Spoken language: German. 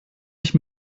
ich